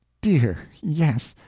dear yes!